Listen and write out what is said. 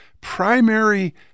primary